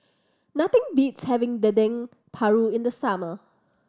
nothing beats having Dendeng Paru in the summer